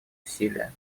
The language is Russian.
усилия